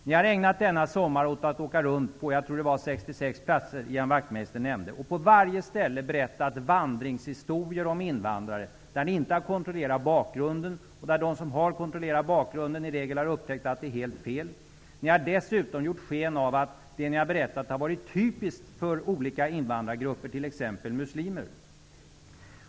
Ni har ägnat denna sommar åt att åka runt i landet -- jag tror det var 66 platser Ian Wachtmeister nämnde -- och på varje ställe berätta vandringshistorier om invandrare utan att ha kontrollerat bakgrunden. De som har kontrollerat bakgrunden har i regel upptäckt att det ni säger är helt fel. Ni har dessutom gjort sken av att det ni har berättat har varit typiskt för olika invandrargrupper, t.ex. muslimer.